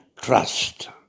trust